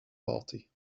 party